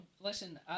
Listen